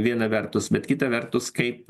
viena vertus bet kita vertus kaip